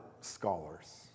scholars